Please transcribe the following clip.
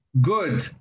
good